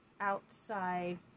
outside